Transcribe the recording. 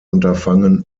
unterfangen